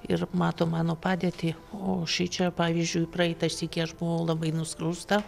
ir mato mano padėtį o šičia pavyzdžiui praeitą sykį aš buvau labai nuskriausta